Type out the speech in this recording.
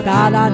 God